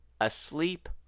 asleep